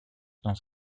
dans